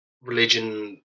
religion